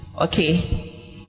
Okay